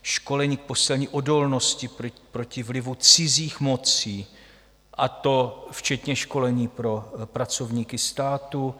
Školení k posílení odolnosti proti vlivu cizích mocí, a to včetně školení pro pracovníky státu.